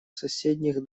соседних